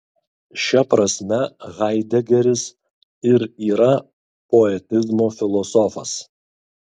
šia prasme haidegeris ir yra poetizmo filosofas